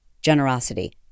generosity